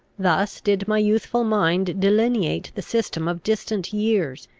thus did my youthful mind delineate the system of distant years,